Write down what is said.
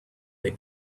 they